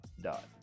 dot